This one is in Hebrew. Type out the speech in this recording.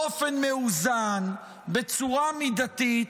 באופן מאוזן, בצורה מידתית,